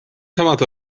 temat